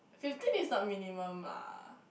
fifteen is the minimum lah